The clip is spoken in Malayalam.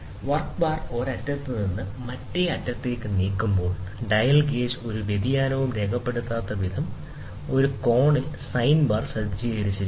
വർക്ക് ബാർ ഒരു അറ്റത്ത് നിന്ന് മറ്റേ അറ്റത്തേക്ക് നീക്കുമ്പോൾ ഡയൽ ഗേജ് ഒരു വ്യതിയാനവും രേഖപ്പെടുത്താത്തവിധം ഒരു കോണിൽ സൈൻ ബാർ സജ്ജീകരിച്ചിരിക്കുന്നു